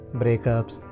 breakups